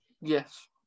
Yes